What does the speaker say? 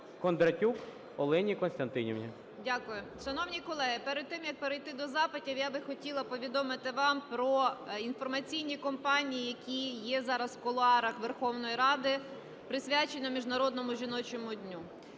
О.К. 11:02:14 ГОЛОВУЮЧИЙ. Дякую. Шановні колеги, перед тим, як перейти до запитів, я би хотіла повідомити вам про інформаційні кампанії, які є зараз в кулуарах Верховної Ради, присвячені Міжнародному жіночому дню.